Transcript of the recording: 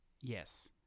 yes